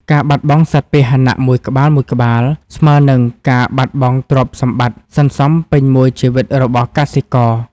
ការបាត់បង់សត្វពាហនៈមួយក្បាលៗ ស្មើនឹងការបាត់បង់ទ្រព្យសម្បត្តិសន្សំពេញមួយជីវិតរបស់កសិករ។